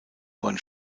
bahn